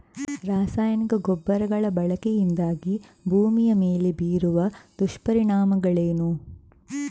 ರಾಸಾಯನಿಕ ಗೊಬ್ಬರಗಳ ಬಳಕೆಯಿಂದಾಗಿ ಭೂಮಿಯ ಮೇಲೆ ಬೀರುವ ದುಷ್ಪರಿಣಾಮಗಳೇನು?